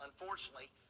Unfortunately